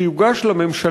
תחבורה